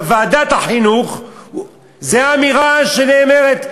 בוועדת החינוך זו האמירה שנאמרת,